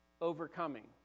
overcoming